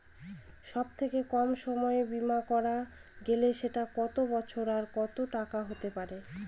সব থেকে কম সময়ের বীমা করা গেলে সেটা কত বছর আর কত টাকার হতে পারে?